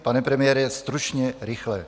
Pane premiére, stručně, rychle.